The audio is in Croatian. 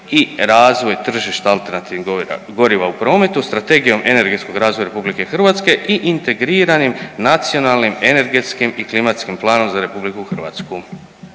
i razvoj tržišta alternativnih goriva u prometu Strategijom energetskog razvoja RH i Integriranim nacionalnim energetskim i klimatskim planom za RH.